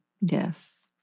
Yes